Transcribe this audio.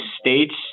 States